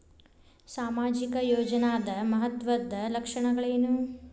ಸಾಮಾಜಿಕ ಯೋಜನಾದ ಮಹತ್ವದ್ದ ಲಕ್ಷಣಗಳೇನು?